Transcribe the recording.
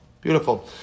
Beautiful